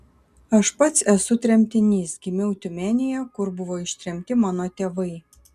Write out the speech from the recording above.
aš pats esu tremtinys gimiau tiumenėje kur buvo ištremti mano tėvai